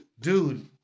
Dude